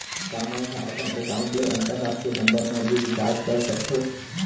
का मै ह अपन एकाउंट ले अंतरराष्ट्रीय नंबर पर भी रिचार्ज कर सकथो